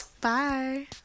Bye